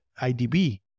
IDB